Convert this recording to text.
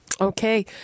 Okay